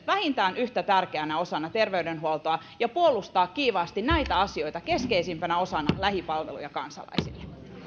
vähintään yhtä tärkeänä osana terveydenhuoltoa ja puolustaa kiivaasti näitä asioita keskeisimpänä osana lähipalveluja kansalaisille